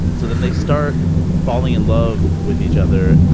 so then they start falling in love with each other